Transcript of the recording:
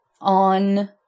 on